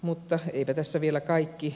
mutta eipä tässä vielä kaikki